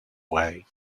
way